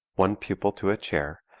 one pupil to chair,